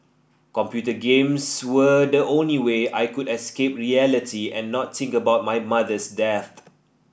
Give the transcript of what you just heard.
computer games were the only way I could escape reality and not think about my mother's death